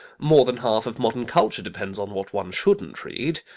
more than half of modern culture depends on what one shouldn't read.